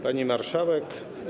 Pani Marszałek!